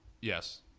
Yes